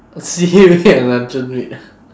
seaweed and luncheon meat